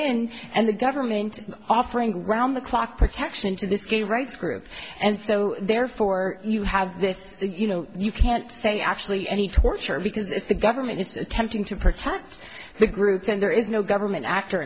in and the government offering round the clock protection to this gay rights group and so therefore you have this you know you can't stay actually any torture because if the government is attempting to protect the group then there is no government actor